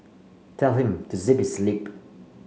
tell him to zip his lip